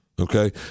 okay